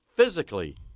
physically